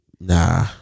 Nah